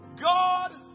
God